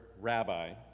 rabbi